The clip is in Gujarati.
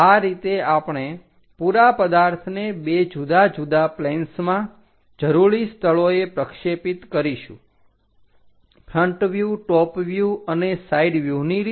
આ રીતે આપણે પુરા પદાર્થને બે જુદા જુદા પ્લેન્સમાં જરૂરી સ્થળોએ પ્રેક્ષેપિત કરીશું ફ્રન્ટ વ્યુહ ટોપ વ્યુહ અને સાઈડ વ્યુહની રીતે